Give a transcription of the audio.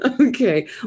Okay